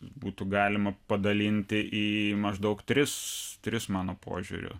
būtų galima padalinti į maždaug tris tris mano požiūriu